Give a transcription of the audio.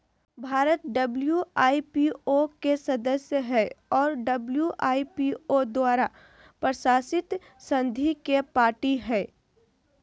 Bharat WIPO के सदस्य हइ और डब्ल्यू.आई.पी.ओ द्वारा प्रशासित संधि के पार्टी हइ